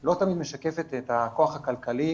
לא תמיד משקפת את הכח הכלכלי,